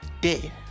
dead